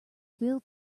will